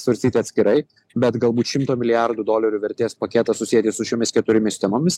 svarstyti atskirai bet galbūt šimto milijardų dolerių vertės paketą susieti su šiomis keturiomis temomis